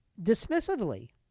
dismissively